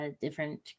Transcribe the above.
different